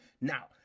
Now